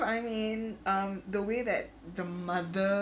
I mean um the way that the mother